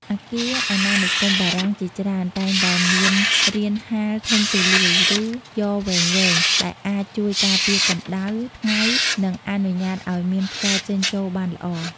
អគារអាណានិគមបារាំងជាច្រើនតែងតែមាន រានហាលធំទូលាយ ឬ យ៉រវែងៗ ដែលអាចជួយការពារកម្ដៅថ្ងៃ និងអនុញ្ញាតឱ្យមានខ្យល់ចេញចូលបានល្អ។